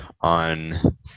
on